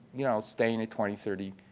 you know, staying at twenty, thirty,